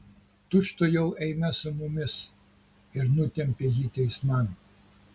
tučtuojau eime su mumis ir nutempė jį teisman